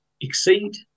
exceed